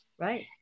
Right